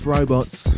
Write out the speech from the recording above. Robots